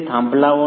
થાંભલાઓનું